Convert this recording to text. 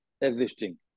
existing